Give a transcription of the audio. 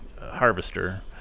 harvester